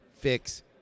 fix